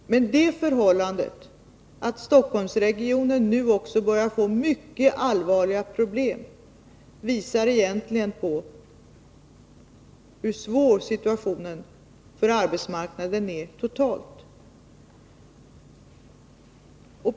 Det förhållandet att också Stockholmsregionen nu börjar få mycket allvarliga problem visar hur svår situationen på arbetsmarknaden egentligen är totalt sett.